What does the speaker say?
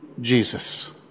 Jesus